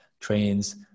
trains